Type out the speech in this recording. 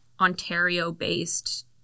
Ontario-based